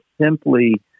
simply